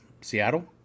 Seattle